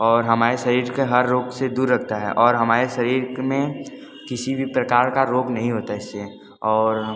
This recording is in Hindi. और हमारे शरीर के हर रोग से दूर रखता है और हमारे शरीर में किसी भी प्रकार का रोग नहीं होता इससे और